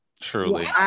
truly